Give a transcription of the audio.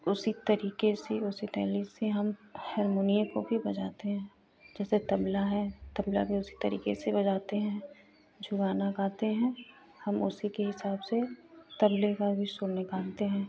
उसी तरीके से उसी टैली से हम हरमुनियें को भी बजाते हैं जैसे तबला है तबला भी उसी तरीके से बजाते हैं जो गाना गाते हैं हम उसी के हिसाब से तबले का भी सुर निकालते हैं